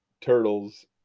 Turtles